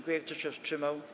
Kto się wstrzymał?